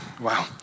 wow